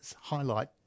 highlight